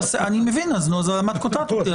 אני מבין, אז למה את קוטעת אותי?